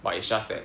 but it's just that